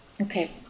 Okay